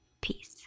Peace